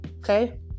okay